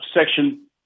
Section